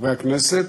חברי הכנסת,